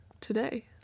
today